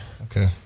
Okay